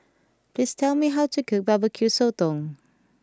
please tell me how to cook Barbecue Sotong